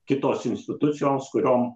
kitos institucijos kuriom